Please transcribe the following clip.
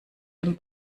dem